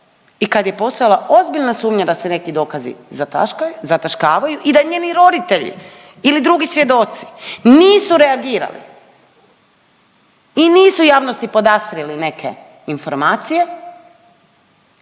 i kad je postojala ozbiljna sumnja da se neki dokazi zataškaju, zataškavaju i da njeni roditelji ili drugi svjedoci nisu reagirali i nisu javnosti podastrijeli neke informacije